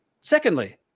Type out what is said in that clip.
Secondly